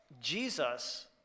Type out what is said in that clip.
Jesus